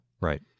Right